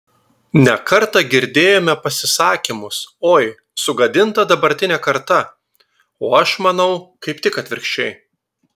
ne kartą girdėjome pasisakymus oi sugadinta dabartinė karta o aš manau kaip tik atvirkščiai